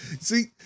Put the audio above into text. See